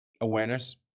awareness